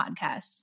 podcasts